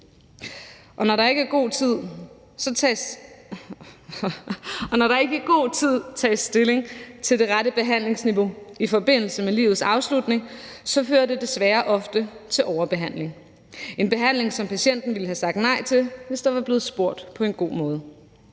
Og når der ikke i god tid tages stilling til det rette behandlingsniveau i forbindelse med livets afslutning, fører det desværre ofte til overbehandling – en behandling, som patienten ville have sagt nej til, hvis der var blevet spurgt på en god måde.